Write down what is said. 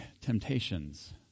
temptations